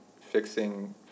fixing